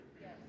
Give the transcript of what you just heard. Yes